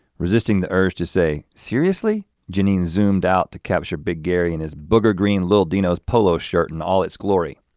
resisting the urge to say, seriously? jeanine zoomed out to capture big gary in his booger green little dino's polo shirt in all its glory.